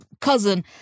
cousin